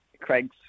craig's